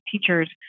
teachers